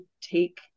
take